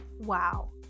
wow